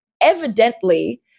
evidently